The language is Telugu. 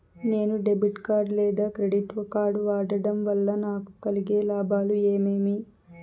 నేను డెబిట్ కార్డు లేదా క్రెడిట్ కార్డు వాడడం వల్ల నాకు కలిగే లాభాలు ఏమేమీ?